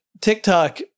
TikTok